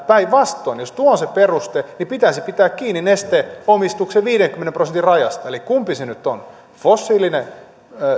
päinvastoin jos tuo on se peruste niin pitäisi pitää kiinni nesteen omistuksen viidenkymmenen prosentin rajasta eli kumpi se nyt on fossiilinen